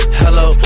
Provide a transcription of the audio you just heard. hello